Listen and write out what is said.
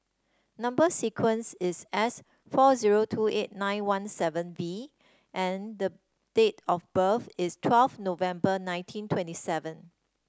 number sequence is S four zero two eight nine one seven V and the date of birth is twelve November nineteen twenty seven